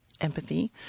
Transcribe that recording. empathy